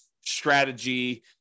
strategy